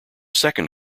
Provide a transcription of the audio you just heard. second